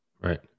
Right